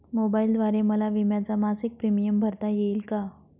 मोबाईलद्वारे मला विम्याचा मासिक प्रीमियम भरता येईल का?